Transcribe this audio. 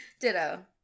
Ditto